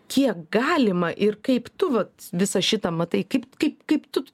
kiek galima ir kaip tu vat visą šitą matai kaip kaip kaip tu